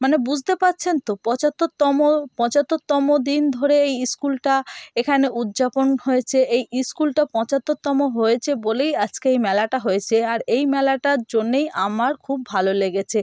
মানে বুঝতে পারছেন তো পঁচাত্তরতম পঁচাত্তরতম দিন ধরে এই স্কুলটা এখানে উদযাপন হয়েছে এই স্কুলটা পঁচাত্তরতম হয়েছে বলেই আজকে এই মেলাটা হয়েছে আর এই মেলাটার জন্যেই আমার খুব ভালো লেগেছে